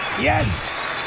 Yes